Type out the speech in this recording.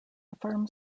firm